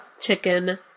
Chicken